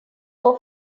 will